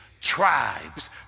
tribes